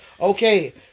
Okay